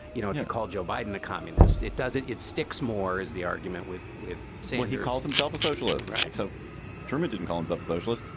you know, call joe biden a communist. it does it it sticks more is the argument with with so when he calls himself a socialist right. so truman didn't call himself a socialist,